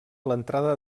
l’entrada